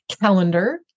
calendar